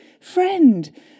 friend